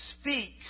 speaks